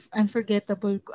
unforgettable